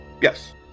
Yes